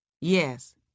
Yes